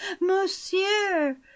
Monsieur